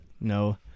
No